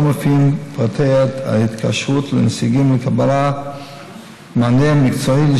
ומופיעים בו פרטי ההתקשרות לנציגים לקבלת מענה מקצועי על